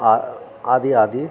आओर आदि आदि